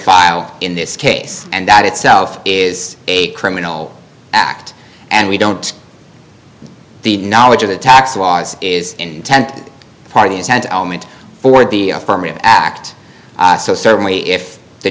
file in this case and that itself is a criminal act and we don't the knowledge of the tax laws is in tent party is meant for the affirmative act so certainly if the